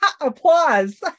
applause